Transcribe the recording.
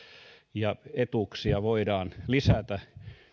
ja etuuksia voidaan lisätä